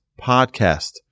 podcast